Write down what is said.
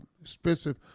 expensive